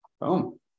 Boom